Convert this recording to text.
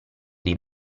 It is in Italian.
dei